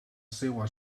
seua